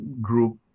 group